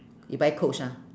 you buy coach ah